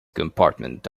compartment